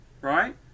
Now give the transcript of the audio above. right